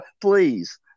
please